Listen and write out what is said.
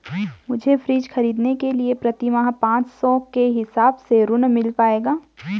मुझे फ्रीज खरीदने के लिए प्रति माह पाँच सौ के हिसाब से ऋण मिल पाएगा?